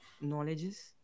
knowledges